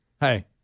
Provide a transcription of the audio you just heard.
Hey